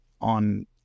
on